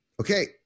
okay